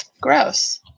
Gross